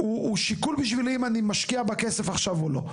זה שיקול האם להשקיע בה כסף או לא?